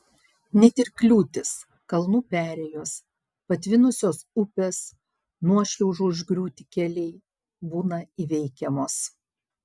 net ir kliūtys kalnų perėjos patvinusios upės nuošliaužų užgriūti keliai būna įveikiamos